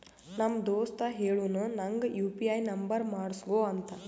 ನಮ್ ದೋಸ್ತ ಹೇಳುನು ನಂಗ್ ಯು ಪಿ ಐ ನುಂಬರ್ ಮಾಡುಸ್ಗೊ ಅಂತ